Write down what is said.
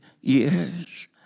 years